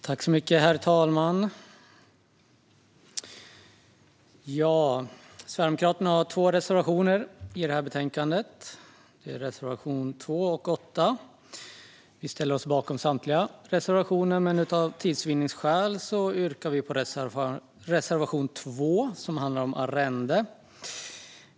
Herr talman! Sverigedemokraterna har två reservationer i betänkandet, reservationerna 2 och 8. Vi ställer oss bakom båda reservationerna, men för tids vinnande yrkar vi bifall bara till reservation 2, som handlar om arrende.